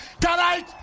Tonight